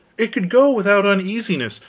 it could go without uneasiness,